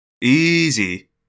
easy